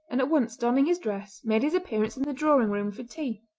and at once donning his dress made his appearance in the drawing-room for tea.